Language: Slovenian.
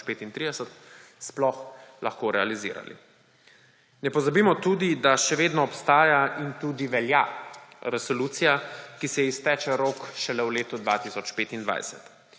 sploh lahko realizirali. Ne pozabimo tudi, da še vedno obstaja in tudi velja resolucija, ki se ji izteče rok šele v letu 2025.